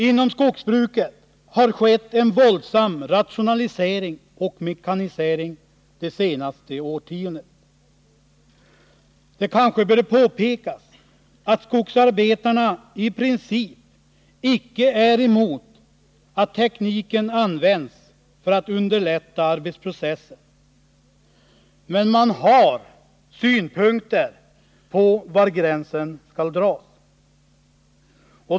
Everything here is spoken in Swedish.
Inom skogsbruket har skett en våldsam rationalisering och mekanisering under det senaste årtiondet. Det kanske bör påpekas att skogsarbetarna i princip icke är emot att tekniken används för att underlätta arbetsprocessen, men man har synpunkter på var gränsen skall dras.